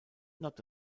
not